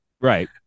right